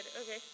Okay